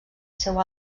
seu